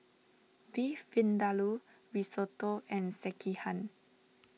Beef Vindaloo Risotto and Sekihan